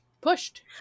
pushed